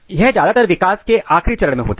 यह ज्यादातर विकास के आखिरी चरण में होता है